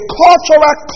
cultural